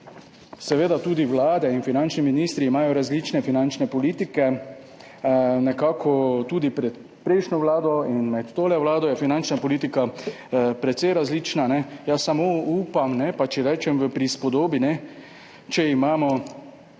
seveda, tudi vlade in finančni ministri imajo različne finančne politike. Tudi glede na prejšnjo vlado in to vlado je finančna politika precej različna. Jaz samo upam, pa če rečem v prispodobi, če imamo naše